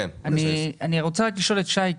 אני רוצה רק לשאול את שי,